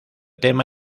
tema